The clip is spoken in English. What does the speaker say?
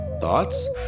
Thoughts